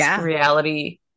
reality